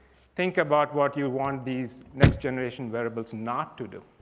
think about what you want these next generation wearables not to do.